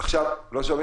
בוקר טוב,